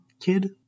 kid